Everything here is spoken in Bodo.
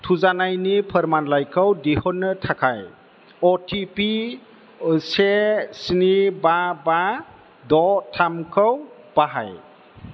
थुजानायनि फोरमानलायखौ दिहुननो थाखाय अटिपि से स्नि बा बा द' थामखौ बाहाय